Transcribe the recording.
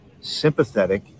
Sympathetic